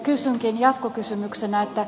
kysynkin jatkokysymyksenä